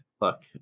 Look